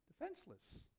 defenseless